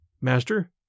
Master